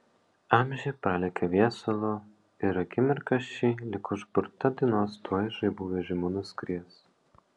amžiai pralekia viesulu ir akimirka ši lyg užburta dainos tuoj žaibų vežimu nuskries